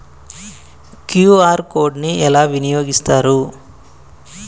QR code ని ఎలా వినియోగిస్తారు?